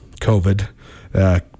covid